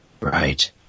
Right